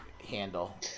handle